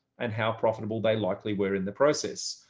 and how profitable they likely were in the process,